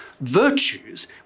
virtues